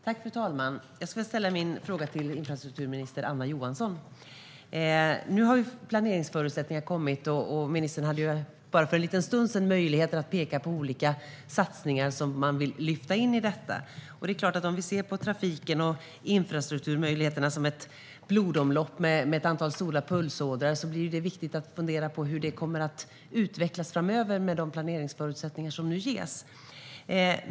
Fru talman! Jag ställer min fråga till infrastrukturminister Anna Johansson. Nu har planeringsförutsättningarna kommit, och ministern hade för bara en liten stund sedan möjlighet att peka på olika satsningar som man vill lyfta i detta. Ser vi på trafiken och infrastrukturmöjligheterna som ett blodomlopp med ett antal stora pulsådror är det viktigt att fundera på hur det kommer att utvecklas framöver med de planeringsförutsättningar som nu ges.